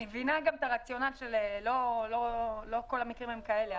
אני מבינה גם את הרציונל שלא כל המקרים הם כאלה.